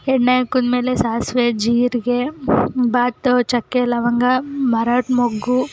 ಎಣ್ಣೆ ಹಾಕಿದ್ಮೇಲೆ ಸಾಸಿವೆ ಜೀರಿಗೆ ಬಾತು ಚಕ್ಕೆ ಲವಂಗ ಮರಾಠಿ ಮೊಗ್ಗು